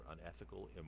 unethical